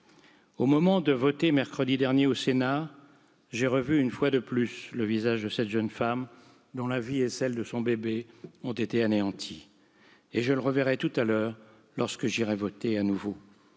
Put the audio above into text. Au moment de voter mercredi dernier au Sénat, j'ai revu une fois de plus le visage de cette jeune femme dont la vie et celle de son bébé ont été anéanties et je le reverrai tout à l'heure lorsque j'irai voter à nouveau